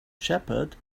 shepherd